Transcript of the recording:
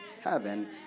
heaven